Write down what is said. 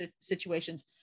situations